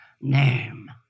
name